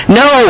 no